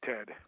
Ted